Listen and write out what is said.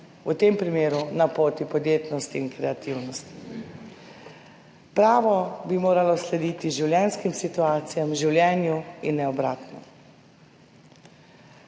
V tem primeru na poti podjetnosti in kreativnosti. Pravo bi moralo slediti življenjskim situacijam, življenju in ne obratno.